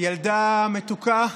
ילדה מתוקה,